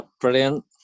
brilliant